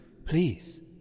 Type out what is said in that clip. Please